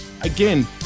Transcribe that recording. Again